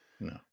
No